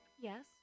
Yes